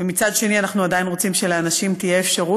ומצד שני אנחנו עדיין רוצים שלאנשים תהיה אפשרות,